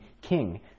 king